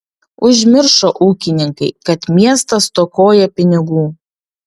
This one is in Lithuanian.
užmiršo ūkininkai kad miestas stokoja pinigų